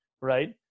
Right